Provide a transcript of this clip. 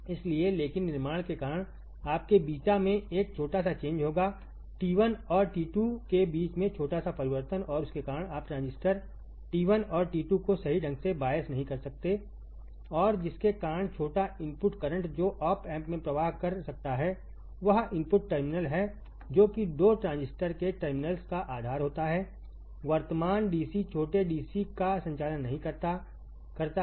इसलिए लेकिन निर्माण के कारणआपके β बीटा मेंएक छोटा सा चेंज होगाT1और T2 के बीच में छोटा सा परिवर्तनऔर उसके कारण आप ट्रांजिस्टर T1और T2 कोसही ढंग सेबायस नहीं कर सकते हैंऔरजिसके कारण छोटा इनपुट करंट जो ऑप एम्प में प्रवाह कर सकता है वह इनपुट टर्मिनल करता है जोकि 2 ट्रांजिस्टरके टर्मिनल्स काआधार होता हैवर्तमान डीसी छोटे डीसी का संचालन नहीं करता है